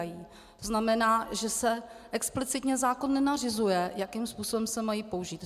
To znamená, že explicitně zákon nenařizuje, jakým způsobem se mají použít.